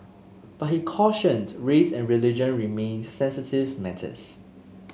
but he cautioned race and religion remained sensitive matters